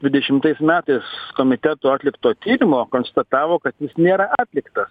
dvidešimtais metais komiteto atlikto tyrimo konstatavo kad jis nėra atliktas